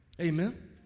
Amen